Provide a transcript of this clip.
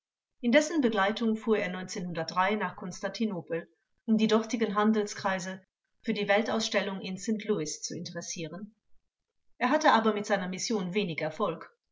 in dessen begleitung fuhr er nach konstantinopel um die dortigen handelskreise für die weltausstellung in st louis zu interessieren er hatte aber mit seiner mission wenig erfolg